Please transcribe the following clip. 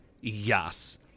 Yes